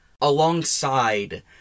alongside